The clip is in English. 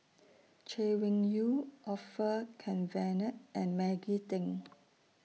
Chay Weng Yew Orfeur Cavenagh and Maggie Teng